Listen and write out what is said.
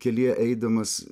kelyje eidamas